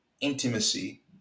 Intimacy